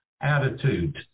attitude